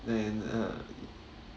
and uh